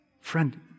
friend